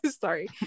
sorry